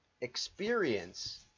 experience